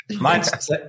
Mine's